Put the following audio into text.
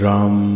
Ram